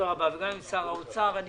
בוקר טוב לכולם.